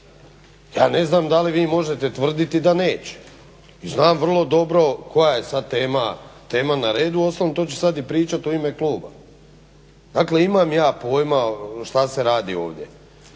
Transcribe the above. Ja ne znam da li vi možete tvrditi da neće. I znam vrlo dobro koja je sad tema na redu, uostalom to ću sad i pričati u ime kluba. Dakle, imam ja pojma što se radi ovdje.